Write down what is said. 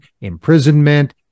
imprisonment